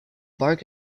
bark